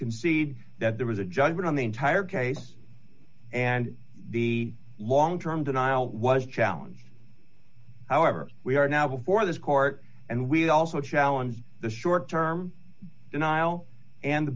concede that there was a judgment on the entire case and the long term denial was a challenge however we are now before this court and we also challenge the short term denial and the